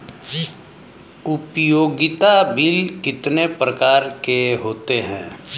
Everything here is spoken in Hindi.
उपयोगिता बिल कितने प्रकार के होते हैं?